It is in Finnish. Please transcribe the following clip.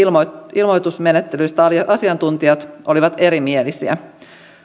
ilmoitusmenettelystä asiantuntijat olivat erimielisiä